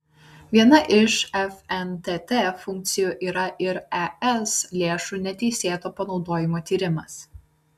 viena iš fntt funkcijų yra ir es lėšų neteisėto panaudojimo tyrimas